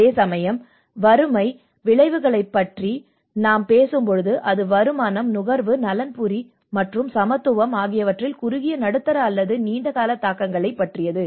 அதேசமயம் வறுமை விளைவுகளைப் பற்றி நாம் பேசும்போது அது வருமானம் நுகர்வு நலன்புரி மற்றும் சமத்துவம் ஆகியவற்றில் குறுகிய நடுத்தர அல்லது நீண்ட கால தாக்கங்களைப் பற்றியது